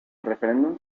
referéndum